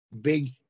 big